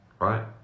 right